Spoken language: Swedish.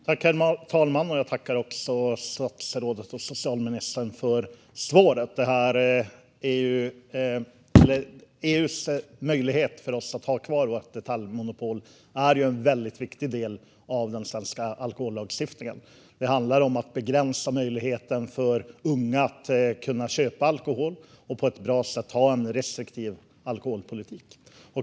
Herr talman! Jag tackar socialministern för svaret. Möjligheten som EU ger oss att ha kvar vårt detaljmonopol är en väldigt viktig del av den svenska alkohollagstiftningen. Det handlar om att begränsa möjligheten för unga att kunna köpa alkohol och på ett bra sätt ha en restriktiv alkoholpolitik.